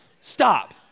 stop